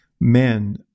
men